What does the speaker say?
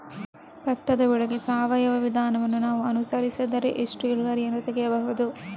ಭತ್ತದ ಬೆಳೆಗೆ ಸಾವಯವ ವಿಧಾನವನ್ನು ನಾವು ಅನುಸರಿಸಿದರೆ ಎಷ್ಟು ಇಳುವರಿಯನ್ನು ತೆಗೆಯಬಹುದು?